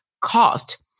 cost